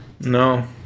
No